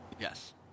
Yes